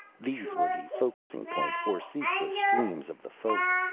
these were the focusing point for ceaseless streams of the folk.